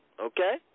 okay